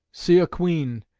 see a queen,